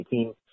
2018